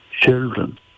Children